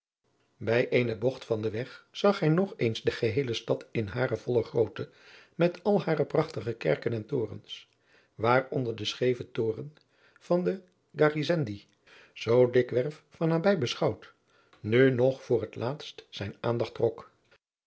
bij eene bogt van den weg zag hij nog eens de geheele stad in hare volle grootte met alle hare prachtige kerken en torens waaronder de scheve toren van de garisendi zoo dikwerf van nabij beschouwd nu nog voor het laatst zijne aandacht trok